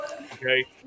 Okay